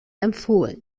empfohlen